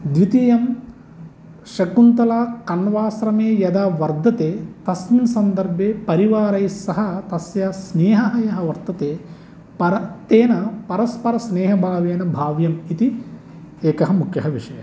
द्वितीयं शकुन्तला कण्वाश्रमे यदा वर्धते तस्मिन् सन्दर्भे परिवारैस्सह तस्य स्नेहः यः वर्तते पर तेन परस्परस्नेहभावेन भाव्यम् इति एकः मुख्यः विषयः